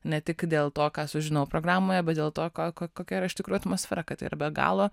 ne tik dėl to ką sužinojau programoje bet dėl to ką ko kokia yra iš tikrųjų atmosfera kad tai yra be galo